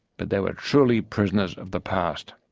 but they were truly prisoners of the past.